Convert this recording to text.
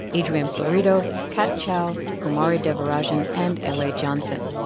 adrian florido, kat chow, kumari devarajan and la johnson.